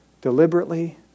deliberately